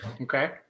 Okay